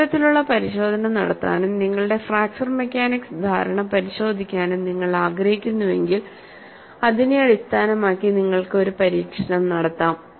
അത്തരത്തിലുള്ള പരിശോധന നടത്താനും നിങ്ങളുടെ ഫ്രാക്ചർ മെക്കാനിക്സ് ധാരണ പരിശോധിക്കാനും നിങ്ങൾ ആഗ്രഹിക്കുന്നുവെങ്കിൽ ഇതിനെ അടിസ്ഥാനമാക്കി നിങ്ങൾക്ക് ഒരു പരീക്ഷണം നടത്താം